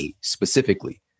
specifically